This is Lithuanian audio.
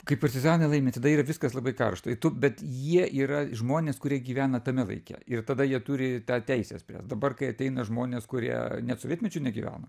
kai partizanai laimi tada yra viskas labai karšta i tu bet jie yra žmonės kurie gyvena tame laike ir tada jie turi tą teisę spręst dabar kai ateina žmonės kurie net sovietmečiu negyveno